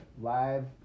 live